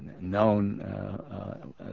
known